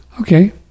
okay